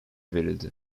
verildi